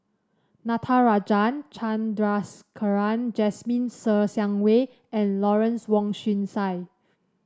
Natarajan Chandrasekaran Jasmine Ser Xiang Wei and Lawrence Wong Shyun Tsai